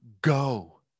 go